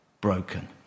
broken